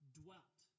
dwelt